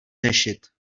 řešit